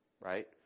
right